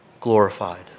glorified